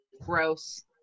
Gross